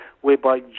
whereby